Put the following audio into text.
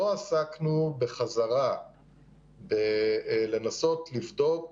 לא עסקנו בחזרה בניסיון לבדוק